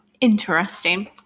Interesting